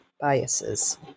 biases